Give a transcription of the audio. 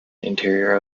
interior